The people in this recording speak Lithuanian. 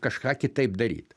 kažką kitaip daryt